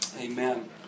Amen